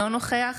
אינו נוכח